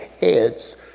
heads